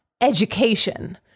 education